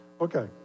Okay